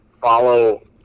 Follow